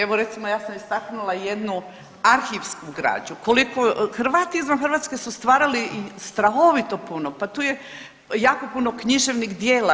Evo recimo ja sam istaknula jednu arhivsku građu koliko, Hrvati izvan Hrvatske su stvarali strahovito puno, pa tu je jako puno književnih djela.